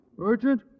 Urgent